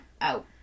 out